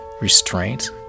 restraint